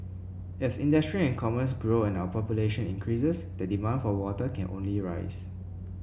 as industry and commerce grow and our population increases the demand for water can only rise